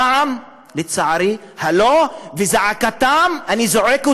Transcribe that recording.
הפעם, לצערי, וזעקתם, אני זועק אותה: